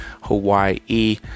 Hawaii